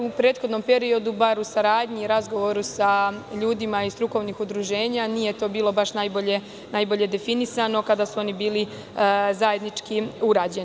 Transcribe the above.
U prethodnom periodu, bar u razgovoru sa ljudima iz strukovnih udruženja to nije bilo baš najbolje definisano kada su oni bili zajednički urađeni.